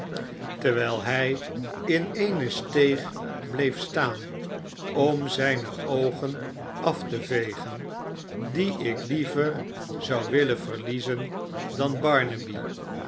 terwijl hij in eene steeg bleef staan om zijne oogen af te vegen die ik liever zou willen verliezen dan